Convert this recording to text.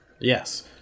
Yes